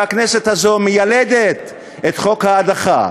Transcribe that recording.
והכנסת הזו מיילדת את חוק ההדחה,